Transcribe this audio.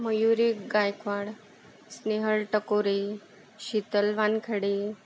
Mayuri Gaikwad Snehal Takore Sheetal Wankhede